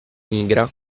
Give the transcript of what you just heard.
nigra